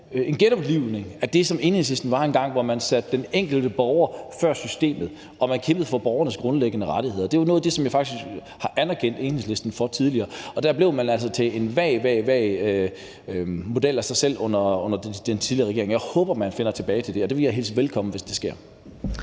en genoplivning og bliver det, som Enhedslisten var engang, hvor man satte den enkelte borger før systemet og man kæmpede for borgernes grundlæggende rettigheder. Det var noget af det, som jeg faktisk har anerkendt Enhedslisten for tidligere. Man blev altså til en vag, vag model af sig selv under den tidligere regering. Jeg håber, man finder tilbage, og det vil jeg hilse velkommen, hvis det sker.